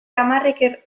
hamarrek